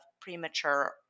premature